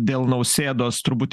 dėl nausėdos turbūt